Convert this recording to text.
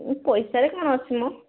ପଇସାରେ କ'ଣ ଅଛି ମ